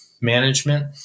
management